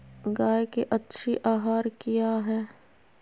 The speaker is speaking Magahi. गाय के अच्छी आहार किया है?